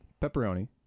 pepperoni